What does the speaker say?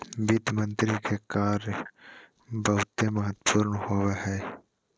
वित्त मंत्री के कार्य बहुते महत्वपूर्ण होवो हय